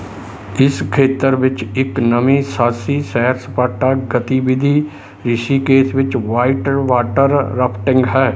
ਇਸ ਖੇਤਰ ਵਿੱਚ ਇੱਕ ਨਵੀਂ ਸਾਹਸੀ ਸੈਰ ਸਪਾਟਾ ਗਤੀਵਿਧੀ ਰਿਸ਼ੀਕੇਸ਼ ਵਿੱਚ ਵਾਈਟ ਵਾਟਰ ਰਾਫਟਿੰਗ ਹੈ